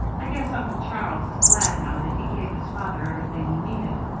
i guess uncle charles is glad now that he gave his father everything he needed.